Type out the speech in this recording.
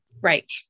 Right